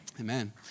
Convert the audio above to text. Amen